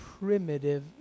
primitive